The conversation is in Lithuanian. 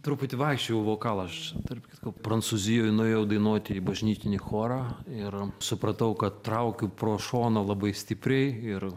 truputį vaikščiojau į vokalą aš tarp kitko prancūzijoj nuėjau dainuoti į bažnytinį chorą ir supratau kad traukiu pro šoną labai stipriai ir